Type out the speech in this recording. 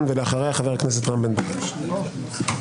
2006,